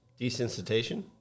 Desensitization